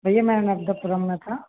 भैया मैं नफदा पुरम में था